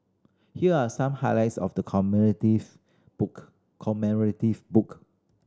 here are some highlights of the commemorative book commemorative book